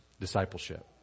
discipleship